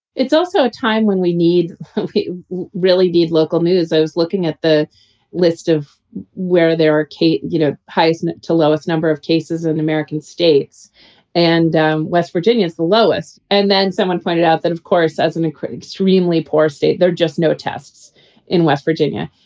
it's also a time when we need really need local news, i was looking at the list of where there are, kate, you know, highest and to lowest number of cases in american states and west virginia is the lowest. and then someone pointed out that, of course, as an encrypted, supremely poor state, there just no tests in west virginia.